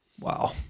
Wow